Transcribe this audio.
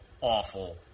awful